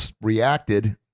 reacted